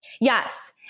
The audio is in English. Yes